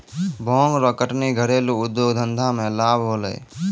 भांग रो कटनी घरेलू उद्यौग धंधा मे लाभ होलै